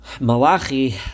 malachi